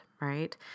right